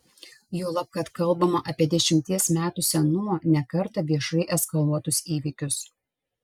juolab kad kalbama apie dešimties metų senumo ne kartą viešai eskaluotus įvykius